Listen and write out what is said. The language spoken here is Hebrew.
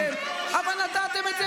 נגד הטיפול במפונים,